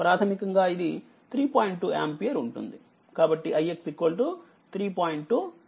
2 ampere ఉంటుంది కాబట్టిix3